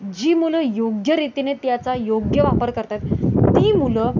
जी मुलं योग्यरीतीने त्याचा योग्य वापर करतात ती मुलं